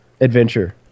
adventure